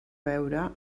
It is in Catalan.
veure